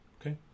Okay